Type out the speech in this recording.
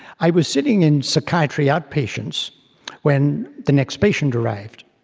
i was sitting in psychiatry outpatients when the next patient arrived.